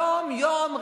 יום-יום,